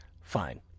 fine